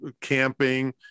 camping